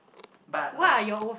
but like